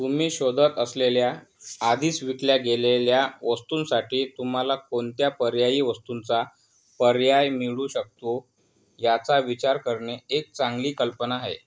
तुम्ही शोधत असलेल्या आधीच विकल्या गेलेल्या वस्तूंसाठी तुम्हाला कोणत्या पर्यायी वस्तूंचा पर्याय मिळू शकतो याचा विचार करणे एक चांगली कल्पना आहे